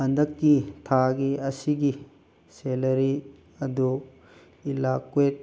ꯍꯟꯗꯛꯀꯤ ꯊꯥꯒꯤ ꯑꯁꯤꯒꯤ ꯁꯦꯂꯔꯤ ꯑꯗꯨ ꯏꯂꯥ ꯀꯨꯋꯤꯠ